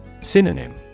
Synonym